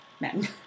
men